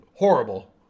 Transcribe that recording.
Horrible